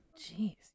Jeez